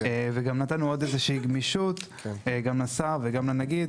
וגם נתנו עוד איזושהי גמישות גם לשר וגם לנגיד,